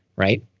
right?